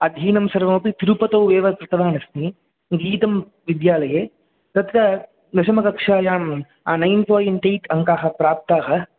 अध्ययनं सर्वमपि तिरुपतौ एव कृतवानस्मि गीतं विद्यालये तत्र दशमकक्षायां नैन् पायिन्ट् ऐट् अङ्काः प्राप्ताः